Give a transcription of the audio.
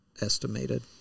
estimated